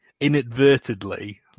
inadvertently